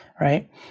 right